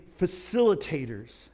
facilitators